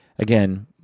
Again